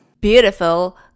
Beautiful